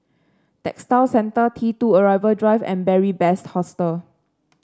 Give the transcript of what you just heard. Textile Centre T two Arrival Drive and Beary Best Hostel